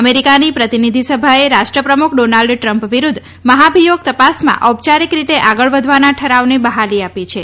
અમેરિકાની પ્રતિનિધિસભાએ રાષ્ટ્રપ્રમુખ ડોનાલ્ડ ટ્રમ્પ વિરૂદ્ધ મહાભિયોગ તપાસમાં ઔપયારિક રીતે આગળ વધવાના ઠરાવને બહાલી આપી છે